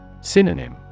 Synonym